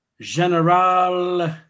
General